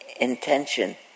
intention